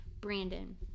Brandon